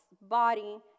body